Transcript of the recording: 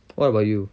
what about you